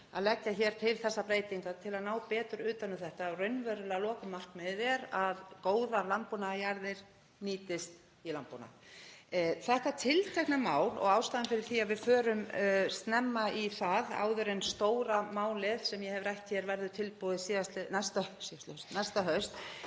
að leggja þessar breytingar til til að ná betur utan um þetta. Raunverulega lokamarkmiðið er að góðar landbúnaðarjarðir nýtist í landbúnaði. Þetta tiltekna mál og ástæðan fyrir því að við förum snemma í það, áður en stóra málið sem ég hef rætt hér verður tilbúið næsta haust,